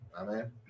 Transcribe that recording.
Amen